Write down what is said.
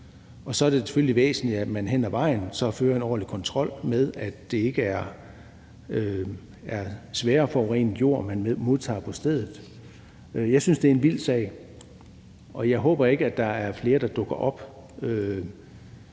Og så er det selvfølgelig væsentligt, at man hen ad vejen fører en ordentlig kontrol med, at det ikke er sværere forurenet jord, man modtager på stedet. Jeg synes, det er en vild sag, og jeg håber ikke, at der er flere af den